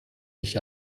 nicht